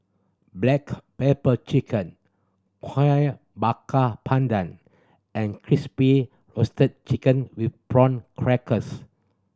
black pepper chicken Kueh Bakar Pandan and Crispy Roasted Chicken with Prawn Crackers